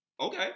okay